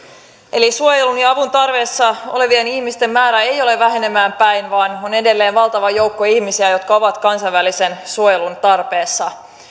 eli suojelun ja avun tarpeessa olevien ihmisten määrä ei ole vähenemään päin vaan on edelleen valtava joukko ihmisiä jotka ovat kansainvälisen suojelun tarpeessa